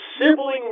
Sibling